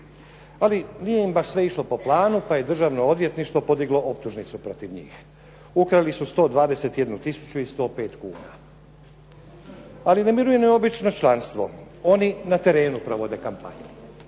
Ali nije im baš sve išlo po planu pa je državno odvjetništvo podiglo optužnicu protiv njih. Ukrali su 121 tisuću i 105 kuna. Ali ne miruje ni obično članstvo, oni na terenu provode kampanju.